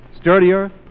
sturdier